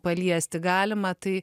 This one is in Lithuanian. paliesti galima tai